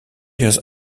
years